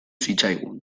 zitzaigun